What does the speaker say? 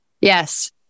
yes